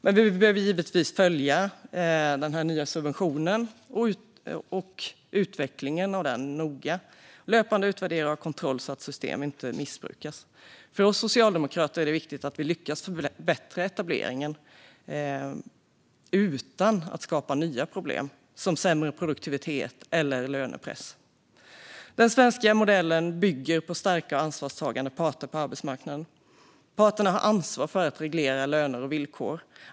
Men vi behöver givetvis noga följa denna nya subvention och utvecklingen av den liksom löpande utvärdera och ha kontroll så att systemet inte missbrukas. För oss socialdemokrater är det viktigt att vi lyckas förbättra etableringen utan att nya problem skapas, såsom sämre produktivitet eller lönepress. Den svenska modellen bygger på starka och ansvarstagande parter på arbetsmarknaden. Parterna har ansvar för att reglera löner och villkor.